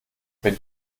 wenn